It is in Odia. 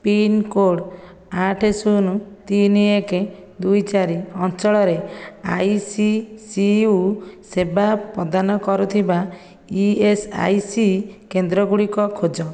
ପିନ୍କୋଡ଼୍ ଆଠ ଶୂନ ତିନି ଏକ ଦୁଇ ଚାରି ଅଞ୍ଚଳରେ ଆଇ ସି ସି ୟୁ ସେବା ପ୍ରଦାନ କରୁଥିବା ଇ ଏସ୍ ଆଇ ସି କେନ୍ଦ୍ରଗୁଡ଼ିକ ଖୋଜ